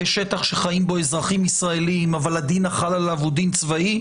בשטח שחיים בו אזרחים ישראלים אבל הדין החל עליו הוא דין צבאי,